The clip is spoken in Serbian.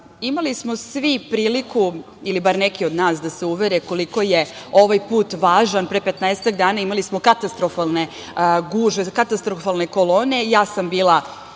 Imali smo svi priliku, bar neki od nas, da se uverimo koliko je ovaj put važan. Pre 15-ak dana imali smo katastrofalne gužve, katastrofalne kolone i ja sam bila